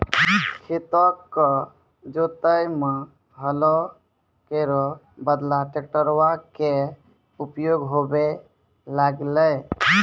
खेतो क जोतै म हलो केरो बदला ट्रेक्टरवा कॅ उपयोग होबे लगलै